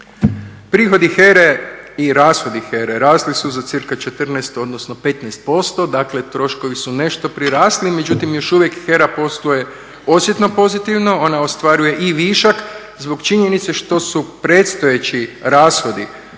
Prihodi HERA-e i rashodi HERA-e rasli su za cirka 14 odnosno 15%. Dakle, troškovi su nešto prirasli. Međutim, još uvijek HERA posluje osjetno pozitivno. Ona ostvaruje i višak zbog činjenice što su predstojeći rashodi